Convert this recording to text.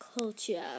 culture